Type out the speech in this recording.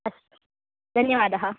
अस्तु धन्यवादः